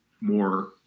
more